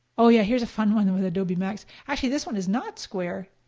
oh yeah here's a fun one with adobe max. actually this one is not square,